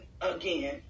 again